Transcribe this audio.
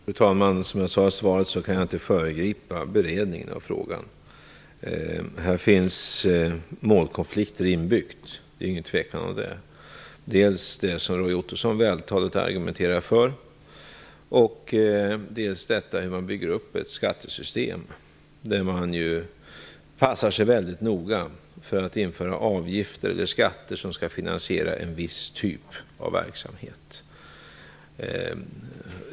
Fru talman! Som jag sade i svaret kan jag inte föregripa beredningen av frågan. Här finns målkonflikter inbyggda. Det är ingen tvekan om det. Det gäller dels det som Roy Ottosson här vältaligt argumenterar för, dels hur man bygger upp ett skattesystem där man passar sig väldigt noga för att införa avgifter som skall finansiera en viss typ av verksamhet.